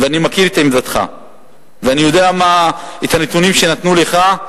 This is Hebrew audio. ואני מכיר את עמדתך ואני יודע את הנתונים שנתנו לך,